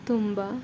ತುಂಬಾ